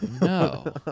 no